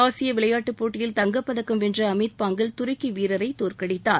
ஆசிய விளையாட்டுப் போட்டியில் தங்கப் பதக்கம் வென்ற அமீத் பாங்கல் துருக்கி வீரரை தோற்கடித்தார்